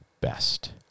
best